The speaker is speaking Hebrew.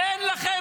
איזה נכס,